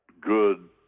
good